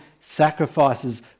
sacrifices